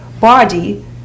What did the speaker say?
body